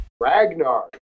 Ragnar